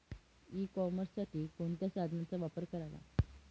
E कॉमर्ससाठी कोणत्या साधनांचा वापर करावा?